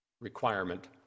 requirement